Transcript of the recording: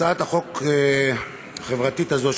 הצעת החוק החברתית הזאת,